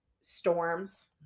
storms